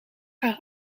haar